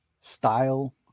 style